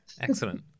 Excellent